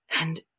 and-